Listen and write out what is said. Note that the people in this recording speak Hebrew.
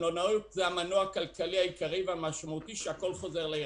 התיירות היא המנוע הכלכלי העיקרי והמשמעותי בעיר.